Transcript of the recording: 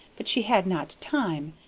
but she had not time,